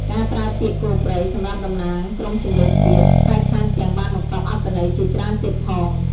ការប្រើពាក្យ "គោព្រៃ" សម្រាប់តំណាងក្រុមជម្រើសជាតិ ហើយថែមទាំងបានបង្កប់អត្ថន័យជាច្រើនទៀតផង។